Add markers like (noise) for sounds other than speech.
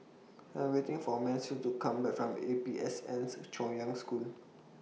I'm waiting For Mansfield to Come Back from A P S N (noise) Chaoyang School